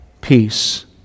peace